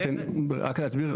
רק להסביר,